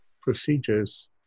procedures